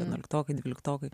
vienuoliktokai dvyliktokai